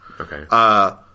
Okay